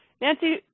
Nancy